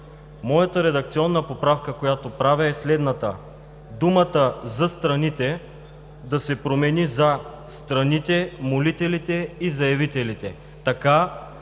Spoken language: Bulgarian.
моята редакционна поправка, която правя, е следната: думата „за страните“ да се промени на „за страните, молителите и заявителите“.